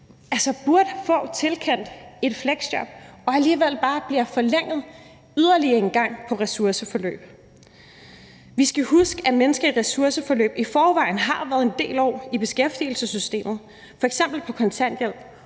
som burde få tilkendt et fleksjob, men som alligevel bare får forlænget sit ressourceforløb endnu en gang. Vi skal huske, at mennesker i ressourceforløb i forvejen har været en del år i beskæftigelsessystemet, f.eks. på kontanthjælp,